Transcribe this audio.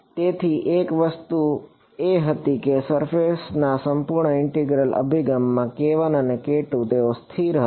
તેથી એક વસ્તુ એ હતી કે સરફેસ ના સંપૂર્ણ ઇન્ટિગ્રલ અભિગમમાં અને તેઓ સ્થિર હતા